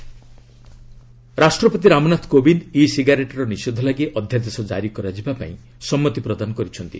presidents e cigarettes ରାଷ୍ଟ୍ରପତି Ramnath Kovind e ସିଗାରେଟ୍ର ନିଷେଧ ଲାଗି ଅଧ୍ୟାଦେଶ ଜାରି କରାଯିବା ପାଇଁ ସମ୍ମତି ପ୍ରଦାନ କରିଛନ୍ତି